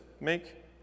make